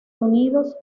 unidos